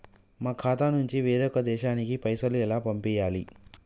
మా ఖాతా నుంచి వేరొక దేశానికి పైసలు ఎలా పంపియ్యాలి?